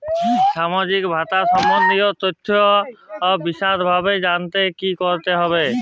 সামাজিক ভাতা সম্বন্ধীয় তথ্য বিষদভাবে জানতে কী করতে হবে?